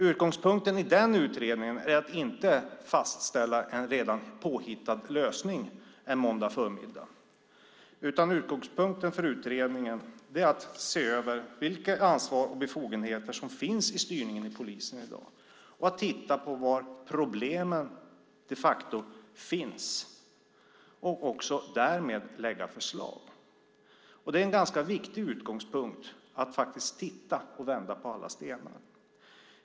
Utgångspunkten i den utredningen är inte att fastställa en redan påhittat lösning en måndag förmiddag utan att se över vilket ansvar och vilka befogenheter som finns i styrningen i polisen i dag, att titta på var problemen de facto finns och också därmed lägga fram förslag. Det är en ganska viktig utgångspunkt att faktiskt titta och vända på alla stenar.